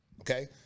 okay